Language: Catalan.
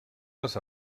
les